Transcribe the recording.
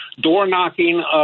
door-knocking